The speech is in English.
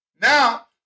Now